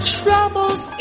troubles